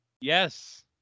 Yes